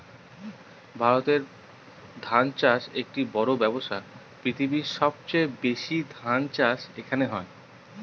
ভারতে ধান চাষ একটি বড়ো ব্যবসা, পৃথিবীর সবচেয়ে বেশি ধান চাষ এখানে হয়